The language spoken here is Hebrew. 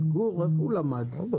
איפה הוא למד, גור?